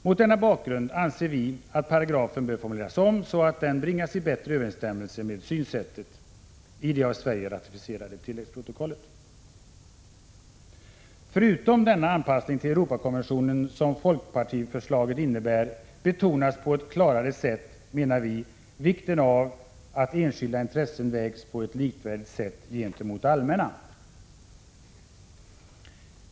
Mot denna bakgrund anser vi att paragrafen bör formuleras om så att den bringas i större överensstämmelse med synsättet i det av Sverige ratificerade tilläggsprotokollet. Förutom den anpassning till Europakonventionen som folkpartiförslaget innebär betonas på ett klarare sätt, menar vi, vikten av att enskilda intressen vägs på ett likvärdigt sätt mot allmänna intressen.